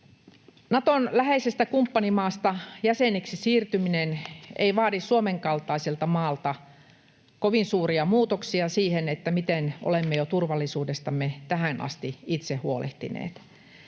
Naton läheisestä kumppanimaasta jäseneksi siirtyminen ei vaadi Suomen kaltaiselta maalta kovin suuria muutoksia siihen, miten olemme jo turvallisuudestamme tähän asti itse huolehtineet.